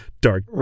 dark